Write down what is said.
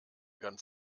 ganz